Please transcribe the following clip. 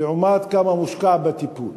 לעומת כמה מושקע בטיפול.